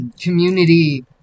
community